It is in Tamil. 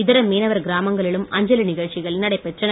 இதர மீனவர் கிராமங்களிலும் அஞ்சலி நிகழ்ச்சிகள் நடைபெற்றன